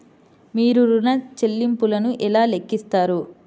మీరు ఋణ ల్లింపులను ఎలా లెక్కిస్తారు?